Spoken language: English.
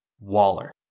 Waller